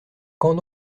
quand